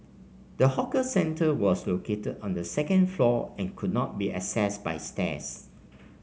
the hawker centre was located on the second floor and could only be accessed by stairs